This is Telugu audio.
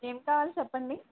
ఏం కావాలి చెప్పండి